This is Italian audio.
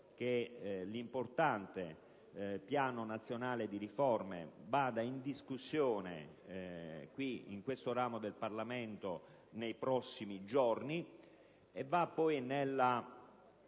che l'importante Piano nazionale di riforma sia discusso in questo ramo del Parlamento nei prossimi giorni. La proposta